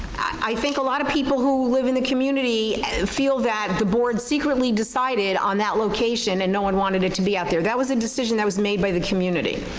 i think a lot of people who live in the community feel that the board secretly decided on that location and no one wanted it to be out there. that was a decision that was made by the community.